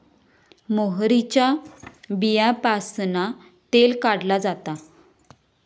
मोहरीच्या बीयांपासना तेल काढला जाता